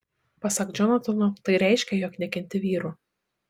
pasak džonatano tai reiškia jog nekenti vyrų